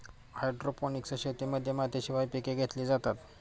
hydroponics शेतीमध्ये मातीशिवाय पिके घेतली जातात